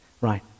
right